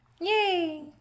Yay